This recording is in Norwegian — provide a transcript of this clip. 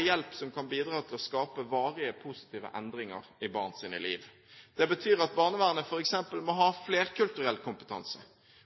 hjelp som kan bidra til å skape varige, positive endringer i barns liv. Det betyr at barnevernet f.eks. må ha flerkulturell kompetanse,